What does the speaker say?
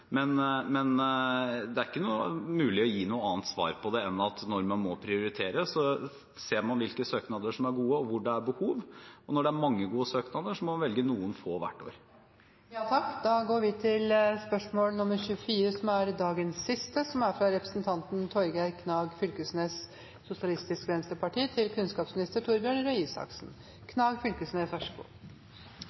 Men det er ikke mulig å gi noe annet svar på det enn at når man må prioritere, ser man hvilke søknader som er gode, og hvor det er behov. Når det er mange gode søknader, må man velge noen få hvert år. Da går vi over til spørsmål 24. «I Dagens